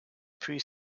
pre